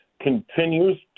continues